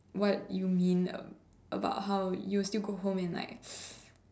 what you mean of ab~ about how you still go home and like